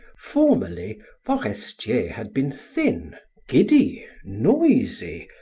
formerly forestier had been thin, giddy, noisy,